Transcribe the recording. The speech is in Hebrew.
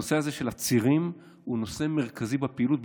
הנושא הזה של הצירים הוא נושא מרכזי בפעילות,